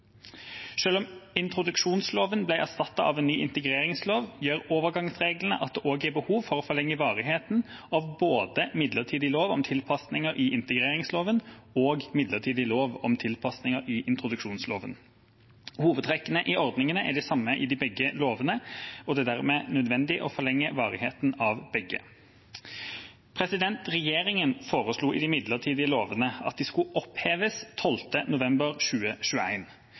om introduksjonsloven ble erstattet av en ny integreringslov, gjør overgangsreglene at det er behov for å forlenge varigheten av både midlertidig lov om tilpasninger i integreringsloven og midlertidig lov om tilpasninger i introduksjonsloven. Hovedtrekkene i ordningene er de samme i begge lovene, og det er dermed nødvendig å forlenge varigheten av begge. Regjeringa foreslo i de midlertidige lovene at de skulle oppheves 12. november